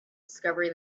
discovery